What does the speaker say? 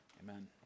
Amen